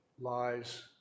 lies